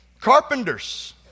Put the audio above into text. carpenters